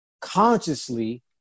consciously